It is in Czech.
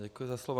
Děkuji za slovo.